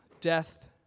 death